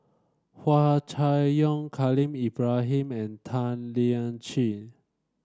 Hua Chai Yong Khalil Ibrahim and Tan Lian Chye